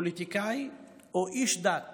פוליטיקאי או איש דת